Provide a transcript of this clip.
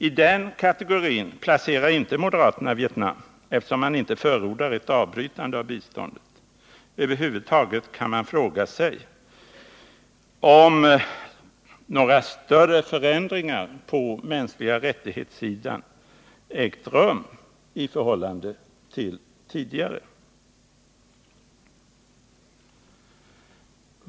I den kategorin placerar inte moderaterna Vietnam, eftersom man inte förordar ett avbrytande av biståndet. Över huvud taget kan man fråga sig, om några större förändringar på den mänskliga rättighetssidan ägt rum i förhållande till tidigare i Vietnam.